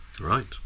Right